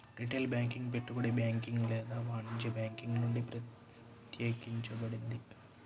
retail banking పెట్టుబడి banking లేదా వాణిజ్య బ్యాంకింగ్ నుండి ప్రత్యేకించబడింది